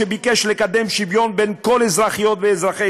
שביקש לקדם שוויון בין כל אזרחיות ואזרחי